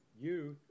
youth